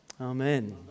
Amen